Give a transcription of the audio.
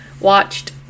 watched